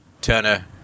Turner